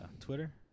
Twitter